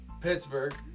Pittsburgh